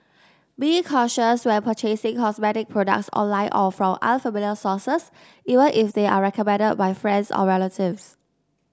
be cautious when purchasing cosmetic products online or from unfamiliar sources even if they are recommended by friends or relatives